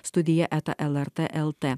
studija eta lrt lt